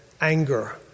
anger